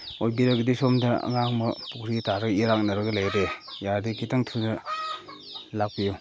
ꯑꯣꯏꯕꯤꯔꯒꯗꯤ ꯁꯣꯝꯗ ꯑꯉꯥꯡ ꯑꯃ ꯄꯨꯈ꯭ꯔꯤꯗ ꯇꯥꯔꯒ ꯏꯔꯥꯛꯅꯔꯒ ꯂꯩꯔꯦ ꯌꯥꯔꯗꯤ ꯈꯤꯇꯪ ꯊꯨꯅ ꯂꯥꯛꯄꯤꯌꯨ